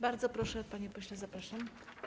Bardzo proszę, panie pośle, zapraszam.